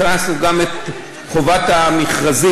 הכנסנו גם את חובת המכרזים,